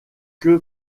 que